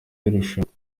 y’irushanwa